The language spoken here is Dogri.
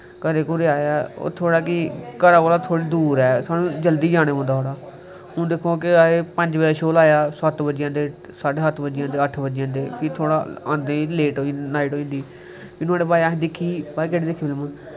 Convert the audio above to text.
घरे गी आए थोह्ड़ा कि घरा कोला दा थोह्ड़ी दूर आए सानूं जल्दी जाना पौंदा हा हून केह् ऐ पंज बज़े शो लाया सत्त बज्जी जंदे साड्डे सत्त बज्जी जंदे फ्ही थोह्ड़ा आंदे लेट होई जंदे नाईट होई जंदी नोहाड़ै बाद असैं दिक्खी पता केह्ड़ी दिक्खी